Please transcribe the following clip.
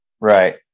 Right